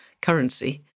currency